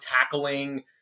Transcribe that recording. tackling